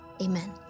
amen